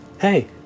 Hey